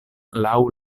laŭ